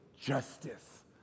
justice